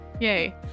Yay